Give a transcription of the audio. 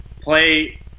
play